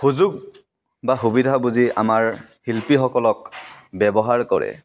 সুযোগ বা সুবিধা বুজি আমাৰ শিল্পীসকলক ব্যৱহাৰ কৰে